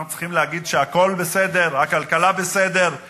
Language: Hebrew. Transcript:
אנחנו צריכים להגיד שהכול בסדר, הכלכלה בסדר,